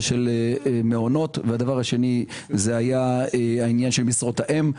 של מעונות והדבר השני היה העניין של משרות האם.